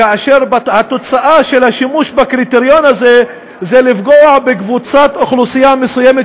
והתוצאה של השימוש בקריטריון הזה היא פגיעה בקבוצת אוכלוסייה מסוימת,